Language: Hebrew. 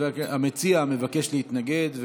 המציע מבקש להתנגד,